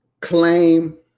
claim